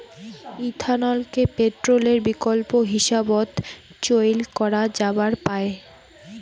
ইথানলকে পেট্রলের বিকল্প হিসাবত চইল করা যাবার পায়